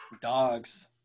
dogs